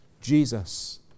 Jesus